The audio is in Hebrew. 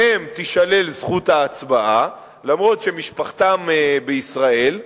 מהם תישלל זכות ההצבעה אף שמשפחתם בישראל,